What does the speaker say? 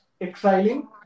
exiling